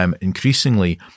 increasingly